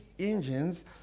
engines